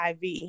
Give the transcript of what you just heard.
IV